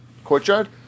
Courtyard